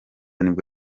nibwo